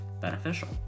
beneficial